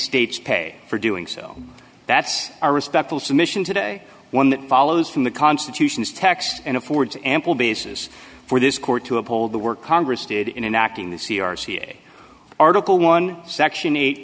states pay for doing so that's a respectful submission today one that follows from the constitution's text and affords ample basis for this court to uphold the work congress did in an acting the c r c a article one section eight